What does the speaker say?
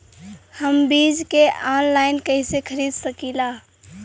हम बीज के आनलाइन कइसे खरीद सकीला?